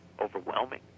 overwhelming